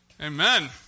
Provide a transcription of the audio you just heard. Amen